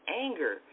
anger